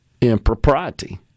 impropriety